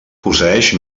posseeix